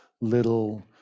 little